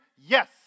Yes